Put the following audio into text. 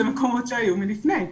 אלה מקומות שהיו מלפני.